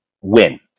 win